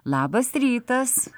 labas rytas